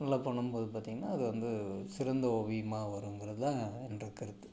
நல்லா பண்ணும் போது பார்த்தீங்கன்னா அது வந்து சிறந்த ஓவியமாக வருங்கிறது தான் என்னோடய கருத்து